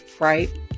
right